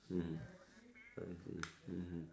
mmhmm I see mmhmm